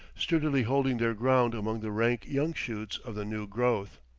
sturdily holding their ground among the rank young shoots of the new growth.